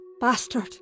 bastard